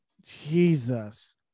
Jesus